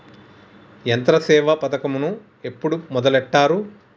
యంత్రసేవ పథకమును ఎప్పుడు మొదలెట్టారు?